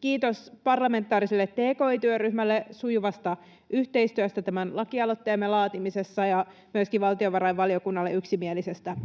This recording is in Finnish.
Kiitos parlamentaariselle tki-työryhmälle sujuvasta yhteistyöstä tämän lakialoitteemme laatimisessa ja myöskin valtiovarainvaliokunnalle yksimielisestä